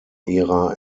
ihrer